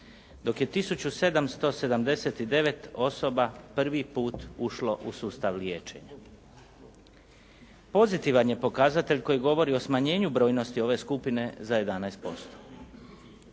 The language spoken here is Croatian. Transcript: dok je 1779 osoba prvi put ušlo u sustav liječenja. Pozitivan je pokazatelj koji govori o smanjenju brojnosti ove skupine za 11%.